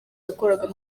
yakoraga